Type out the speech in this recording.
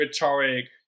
rhetoric